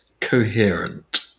coherent